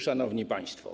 Szanowni Państwo!